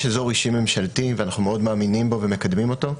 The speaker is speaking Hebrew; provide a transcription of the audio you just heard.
יש אזור אישי ממשלתי ואנחנו מאוד מאמינים בו ומקדמים אותו,